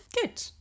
good